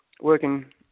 working